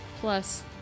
plus